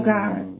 God